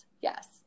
yes